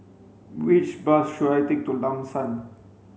which bus should I take to Lam San